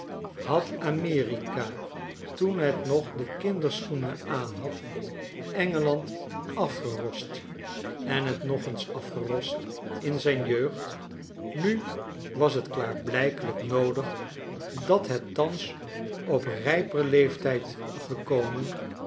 had amerika toen het nog de kinderschoenen aanhad e n g e a n d afgerost en het nog eens afgerost in zijn jeugd nu was het klaarblijkelijk noodig dat het thans op rijper leeftijd gekomen